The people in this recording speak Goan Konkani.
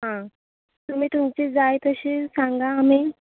आं तुमी तुमची जाय तशी सांगा आमी